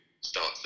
start